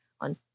on